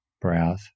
breath